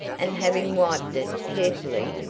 and having wiped it carefully,